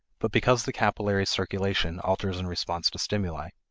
but because the capillary circulation alters in response to stimuli.